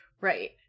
Right